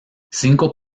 cinco